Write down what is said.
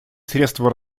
средства